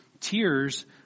tears